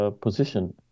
position